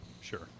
sure